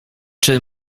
czy